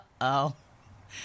Uh-oh